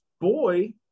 boy